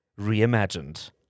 reimagined